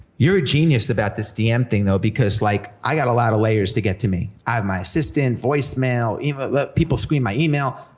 you're a genius about this dm thing, though, because like i got a lot of layers to get to me. i have my assistant, voicemail, people screen my email,